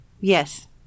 yes